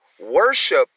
Worship